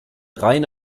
rein